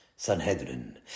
Sanhedrin